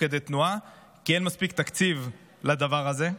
כדי תנועה כי אין מספיק תקציב לדבר הזה.